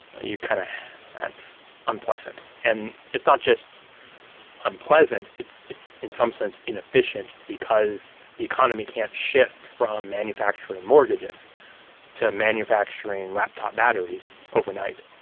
you kind of that's unpleasant and it's not just unpleasant, it's, in some sense, inefficient because the economy can't shift from manufacturing mortgages to manufacturing laptop batteries overnight.